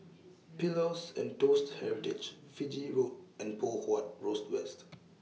Pillows and Toast Heritage Fiji Road and Poh Huat Roast West